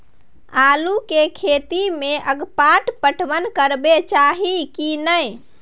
आलू के खेती में अगपाट पटवन करबैक चाही की नय?